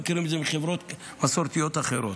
אנחנו מכירים את זה מחברות מסורתיות אחרות.